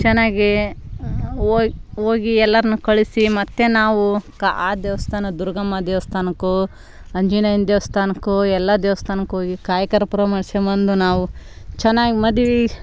ಚೆನ್ನಾಗಿ ಹೋಗಿ ಹೋಗಿ ಎಲ್ಲರನು ಕಳಿಸಿ ಮತ್ತೆ ನಾವು ಕಾ ಆ ದೇವಸ್ಥಾನ ದುರ್ಗಮ್ಮ ದೇವಸ್ಥಾನಕ್ಕೋ ಆಂಜನೇಯನ ದೇವಸ್ಥಾನ ಎಲ್ಲ ದೇವಸ್ಥಾನಕ್ಕೆ ಹೋಗಿ ಕಾಯಿ ಕರ್ಪೂರ ಮಾಡಿಸ್ಕೊಂ ಬಂದು ನಾವು ಚೆನ್ನಾಗಿ ಮದ್ವೆ